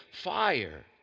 fire